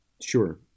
Sure